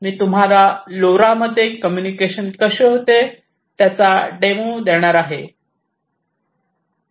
मी तुम्हाला लोरा मध्ये कम्युनिकेशन कसे होते त्याचा डेमो देणार आहे